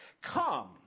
Come